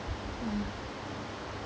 mm